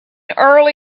early